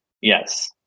Yes